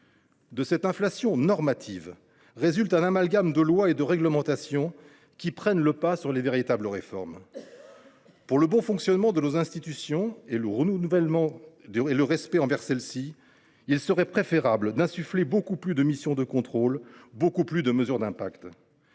De cette inflation normative résulte un amalgame de lois et de réglementations qui prennent le pas sur de véritables réformes. Pour le bon fonctionnement de nos institutions et le renouvellement du respect envers celles ci, il serait préférable de prévoir beaucoup plus de missions de contrôle et de mesures d’impact.